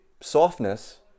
softness